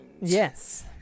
Yes